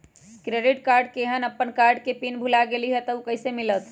Credit card केहन अपन card के पिन भुला गेलि ह त उ कईसे मिलत?